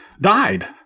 died